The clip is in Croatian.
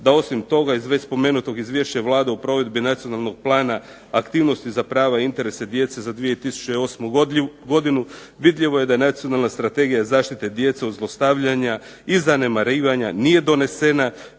da osim toga iz već spomenutog izvješća Vlade u provedbi nacionalnog plana aktivnosti za prava i interese djece za 2008. godinu vidljivo je da Nacionalna strategija zaštite djece od zlostavljanja i zanemarivanja nije donesena